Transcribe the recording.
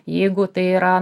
jeigu tai yra